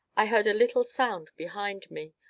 i heard a little sound behind me,